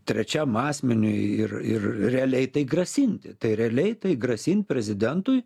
trečiam asmeniui ir ir realiai tai grasinti tai realiai tai grasint prezidentui